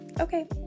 Okay